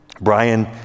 Brian